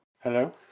Hello